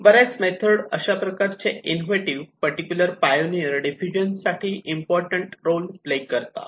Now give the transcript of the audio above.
बऱ्याच मेथोड अशाप्रकारचे innovative particular pioneer diffusion साठी इम्पॉर्टंट रोल प्ले करतात